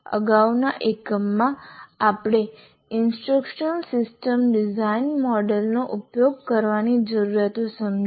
અગાઉના એકમમાં આપણે ઇન્સ્ટ્રક્શનલ સિસ્ટમ ડિઝાઇન મોડેલનો ઉપયોગ કરવાની જરૂરિયાત સમજી